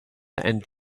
and